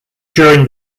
during